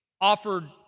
offered